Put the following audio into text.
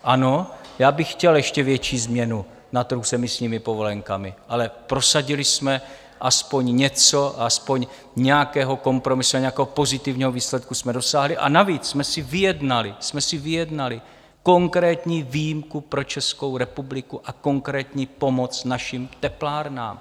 Ano, já bych chtěl ještě větší změnu s emisními povolenkami, ale prosadili jsme alespoň něco, alespoň nějakého kompromisu, nějakého pozitivního výsledku jsme dosáhli, a navíc jsme si vyjednali konkrétní výjimku pro Českou republiku a konkrétní pomoc naším teplárnám.